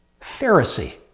Pharisee